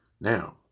Now